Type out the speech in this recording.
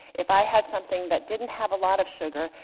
if i had something that didn't have a lot of sugar,